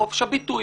חופש הביטוי,